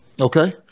Okay